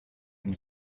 and